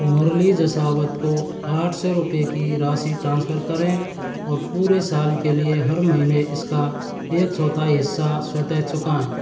मुरली जसावत को आठ सौ रुपये की राशि ट्रांसफ़र करें और पूरे साल के लिए हर महीने इसका एक चौथाई हिस्सा स्वतः चुकाएँ